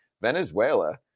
Venezuela